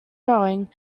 rowing